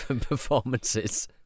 performances